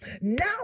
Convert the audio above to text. now